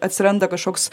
atsiranda kažkoks